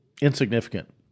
insignificant